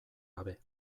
gabe